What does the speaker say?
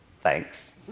thanks